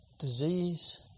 disease